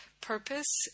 purpose